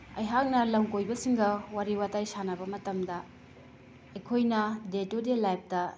ꯑꯩꯍꯥꯛꯅ ꯂꯝ ꯀꯣꯏꯕꯁꯤꯡꯒ ꯋꯥꯔꯤ ꯋꯥꯇꯥꯏ ꯁꯥꯟꯅꯕ ꯃꯇꯝꯗ ꯑꯩꯈꯣꯏꯅ ꯗꯦ ꯇꯨ ꯗꯦ ꯂꯥꯏꯞꯇ